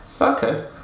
okay